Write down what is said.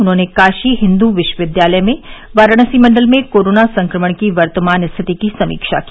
उन्होंने काशी हिन्दू विश्वविद्यालय में वाराणसी मण्डल में कोरोना संक्रमण की वर्तमान स्थिति की समीक्षा की